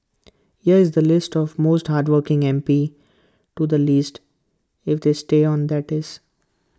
there is A list of the most hardworking M P to the least if they stay on that is